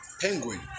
penguin